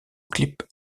clip